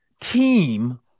team